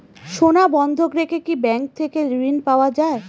সোনা বন্ধক রেখে কি ব্যাংক থেকে ঋণ পাওয়া য়ায়?